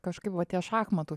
kažkaip va tie šachmatų